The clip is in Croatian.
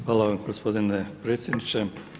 Hvala vam gospodine predsjedniče.